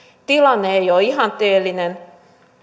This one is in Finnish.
tilanne ei ole ihanteellinen